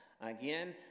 again